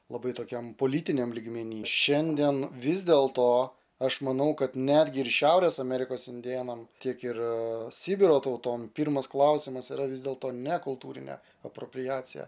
labai tokiam politiniam lygmeny šiandien vis dėl to aš manau kad netgi ir šiaurės amerikos indėnam tiek ir sibiro tautom pirmas klausimas yra vis dėlto ne kultūrinė apropriacija